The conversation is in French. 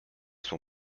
son